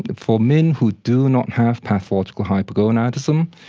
but for men who do not have pathological hypogonadism,